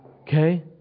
Okay